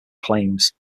claims